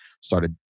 started